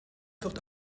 wird